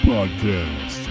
Podcast